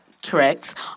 Correct